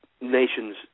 nations